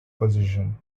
position